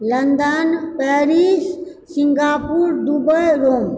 London Paris Singapore Dubai Rome